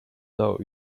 though